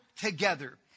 together